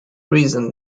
reason